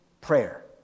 prayer